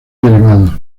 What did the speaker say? derivados